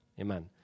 Amen